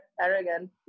arrogant